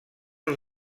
els